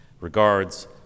Regards